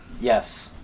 Yes